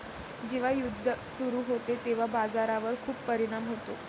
जेव्हा युद्ध सुरू होते तेव्हा बाजारावर खूप परिणाम होतो